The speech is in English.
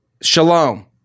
Shalom